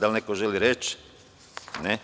Da li neko želi reč? (Ne.)